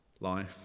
Life